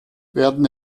werden